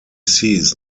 sees